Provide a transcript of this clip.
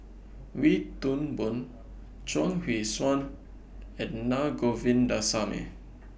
Wee Toon Boon Chuang Hui Tsuan and Naa Govindasamy